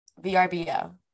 VRBO